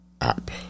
app